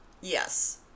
yes